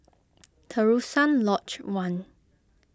Terusan Lodge one